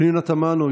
פנינה תמנו,